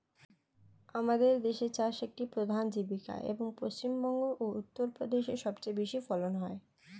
আমাদের দেশে চাষ একটি প্রধান জীবিকা, এবং পশ্চিমবঙ্গ ও উত্তরপ্রদেশে সবচেয়ে বেশি ফলন হয়